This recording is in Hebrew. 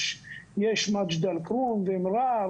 יש את מג'ד אל כרום ומראר